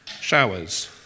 showers